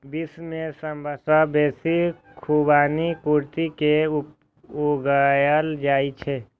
विश्व मे सबसं बेसी खुबानी तुर्की मे उगायल जाए छै